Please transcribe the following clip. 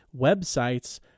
websites